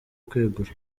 kwegura